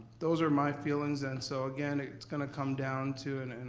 those are my feelings. and so again, it's gonna come down to and it, and